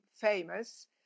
famous